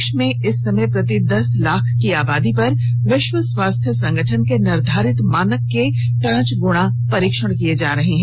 देश में इस समय प्रति दस लाख की आबादी पर विश्व स्वास्थ्य संगठन के निर्धारित मानक के पांच गुणा परीक्षण किए जा रहे हैं